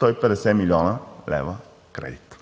150 млн. лв. кредит.